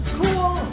cool